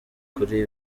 kuri